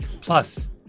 Plus